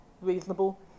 reasonable